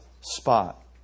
spot